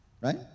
Right